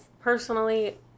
personally